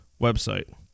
website